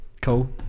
Cool